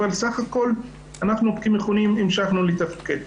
אבל בסך הכול אנחנו כמכונים המשכנו לתפקד.